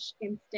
instance